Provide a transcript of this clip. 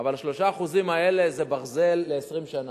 אבל 3% זה "ברזל" ל-30 שנה,